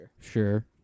Sure